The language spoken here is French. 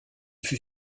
fut